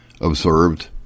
Observed